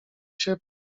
się